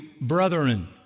brethren